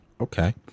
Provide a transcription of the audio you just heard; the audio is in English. Okay